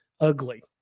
ugly